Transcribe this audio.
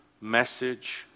message